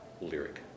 lyric